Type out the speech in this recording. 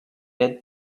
had